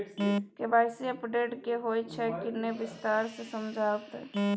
KYC update की होय छै किन्ने विस्तार से समझाऊ ते?